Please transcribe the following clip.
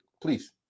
Please